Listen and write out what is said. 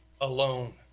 alone